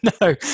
No